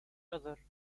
other